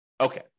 Okay